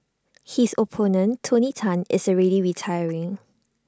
his opponent tony Tan is already retiring